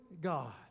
God